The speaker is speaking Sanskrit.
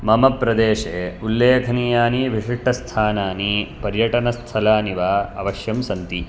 मम प्रदेशे उल्लेखनीयानि विशिष्टस्थानानि पर्यटनस्थलानि वा अवश्यं सन्ति